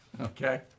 okay